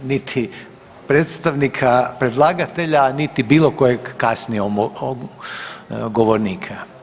Niti predstavnika predlagatelja, a niti bilo kojeg kasnije govornika.